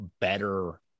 better